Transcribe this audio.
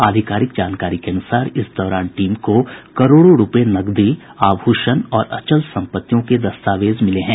आधिकारिक जानकारी के अनुसार इस दौरान टीम को करोड़ रूपये नकदी आभूषण और अचल सम्पत्तियों के दस्तावेज मिले हैं